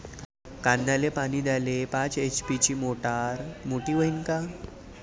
कांद्याले पानी द्याले पाच एच.पी ची मोटार मोटी व्हईन का?